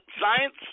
science